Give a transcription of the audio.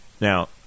Now